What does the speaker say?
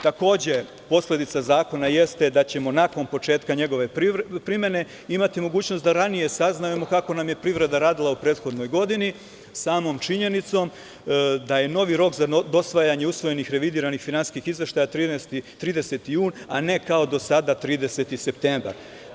Posledica zakona jeste da ćemo nakon početka njegove primene imati mogućnost da ranije saznamo kako nam je privreda radila u prethodnoj godini sa samom činjenicom da je novi rok za dostavljanje usvojenih revidiranih finansijskih izveštaja 30. jun, a ne kao do sada, 30. septembar.